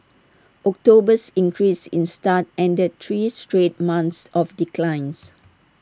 October's increase in starts ended three straight months of declines